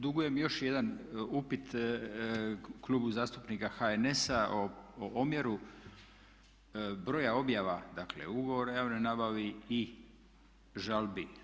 Dugujem još jedan upit Klubu zastupnika HNS-a o omjeru broja objava, dakle ugovora o javnoj nabavi i žalbi.